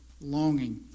longing